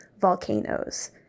volcanoes